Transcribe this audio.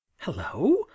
hello